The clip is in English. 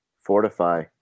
Fortify